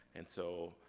and so,